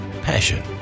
passion